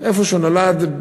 איפה שהוא נולד,